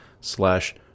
slash